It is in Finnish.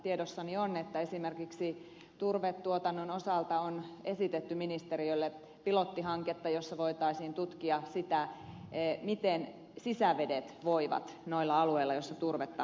tiedossani on että esimerkiksi turvetuotannon osalta on esitetty ministeriölle pilottihanketta jossa voitaisiin tutkia sitä miten sisävedet voivat noilla alueilla joissa turvetta nostetaan